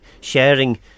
sharing